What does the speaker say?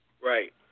Right